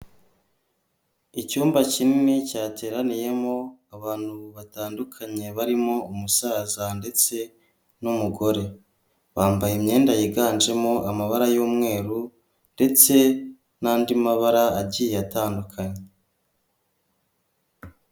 Icyumba kinini cyateraniyemo abantu batandukanye barimo umusaza ndetse n'umugore, bambaye imyenda yiganjemo amabara y'umweru ndetse n'andi mabara agiye atandukanye.